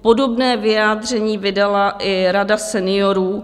Podobné vyjádření vydala i Rada seniorů.